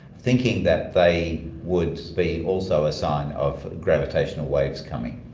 thinking that they would be also a sign of gravitational waves coming.